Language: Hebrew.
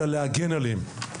אלא גם להגן עליהם.